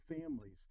families